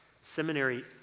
seminary